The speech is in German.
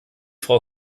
frau